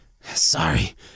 Sorry